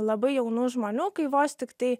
labai jaunų žmonių kai vos tiktai